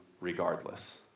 regardless